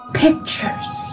pictures